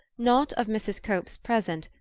not of mrs. cope's present,